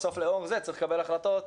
בסוף לאור זה צריך לקבל החלטות,